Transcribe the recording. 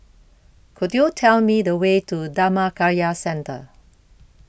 Could YOU Tell Me The Way to Dhammakaya Centre